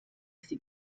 sie